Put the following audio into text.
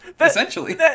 Essentially